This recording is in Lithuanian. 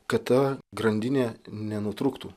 kad ta grandinė nenutrūktų